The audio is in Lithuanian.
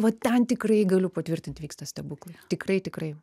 va ten tikrai galiu patvirtint vyksta stebuklai tikrai tikrai